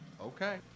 Okay